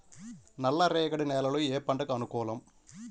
నల్ల రేగడి నేలలు ఏ పంటకు అనుకూలం?